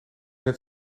het